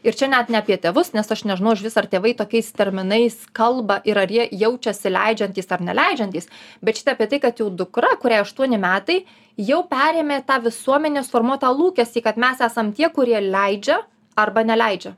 ir čia net ne apie tėvus nes aš nežinau išvis ar tėvai tokiais terminais kalba ir ar jie jaučiasi leidžiantys ar neleidžiantys bet čia apie tai kad jų dukra kuriai aštuoni metai jau perėmė tą visuomenės formuotą lūkestį kad mes esam tie kurie leidžia arba neleidžia